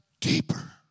deeper